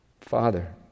father